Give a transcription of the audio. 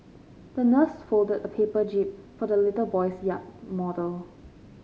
the nurse folded a paper jib for the little boy's yacht model